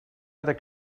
other